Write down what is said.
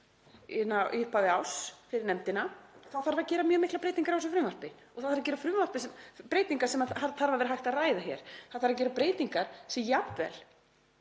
í upphafi árs fyrir nefndina þá þarf að gera mjög miklar breytingar á þessu frumvarpi og það þarf að gera breytingar sem þarf að vera hægt að ræða hér. Það þarf að gera breytingar sem jafnvel